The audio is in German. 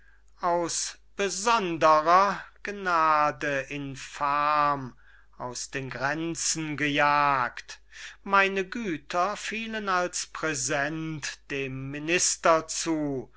aus besonderer gnade infam aus den gränzen gejagt meine güter fielen als präsent dem minister zu